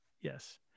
Yes